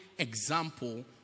example